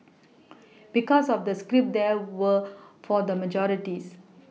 because of the scripts they were for the majority